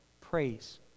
praise